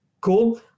Cool